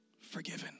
forgiven